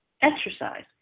exercise